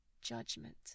judgment